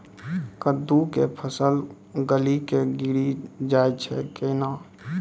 कददु के फल गली कऽ गिरी जाय छै कैने?